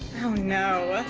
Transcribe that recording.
oh no.